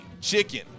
chicken